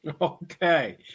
Okay